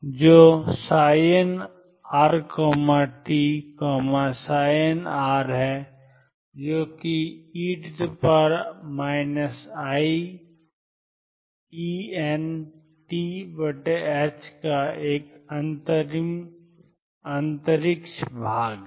तो nrt n है जो कि e iEnt का एक अंतरिक्ष भाग है